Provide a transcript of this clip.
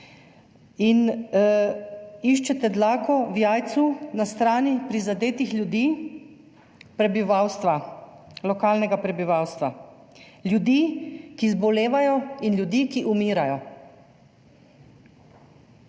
in iščete dlako v jajcu na strani prizadetih ljudi, lokalnega prebivalstva, ljudi, ki zbolevajo, in ljudi, ki umirajo.